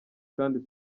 kandi